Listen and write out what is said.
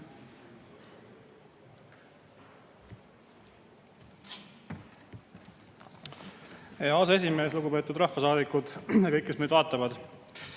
Hea aseesimees! Lugupeetud rahvasaadikud! Kõik, kes meid vaatavad!